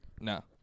No